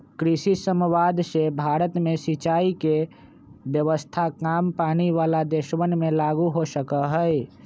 कृषि समवाद से भारत में सिंचाई के व्यवस्था काम पानी वाला देशवन में लागु हो सका हई